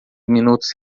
minutos